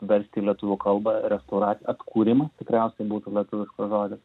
verst lietuvių kalbą restaurac atkūrimas tikriausiai būtų lietuviškas žodis